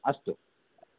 अस्तु